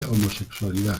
homosexualidad